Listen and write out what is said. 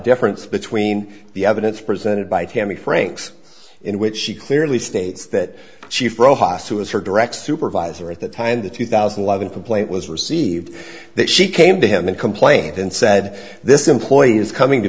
difference between the evidence presented by tammy franks in which she clearly states that she fro haas who was her direct supervisor at the time the two thousand and eleven complaint was received that she came to him and complained and said this employee is coming to